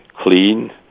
clean